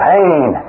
Pain